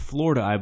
Florida